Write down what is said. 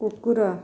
କୁକୁର